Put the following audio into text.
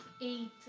eight